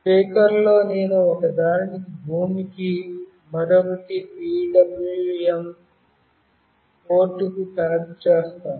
స్పీకర్లో నేను ఒకదానిని భూమికి మరొకటి పిడబ్ల్యుఎం పోర్టుకు కనెక్ట్ చేస్తాను